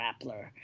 Rappler